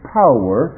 power